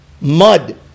mud